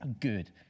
good